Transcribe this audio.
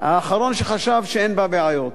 האחרון שחשב שאין בה בעיות.